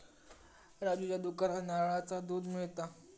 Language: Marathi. राजूच्या दुकानात नारळाचा दुध मिळता